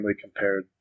compared